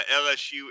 LSU